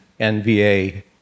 NVA